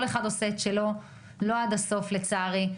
כל אחד עושה את שלו לא עד הסוף, לצערי.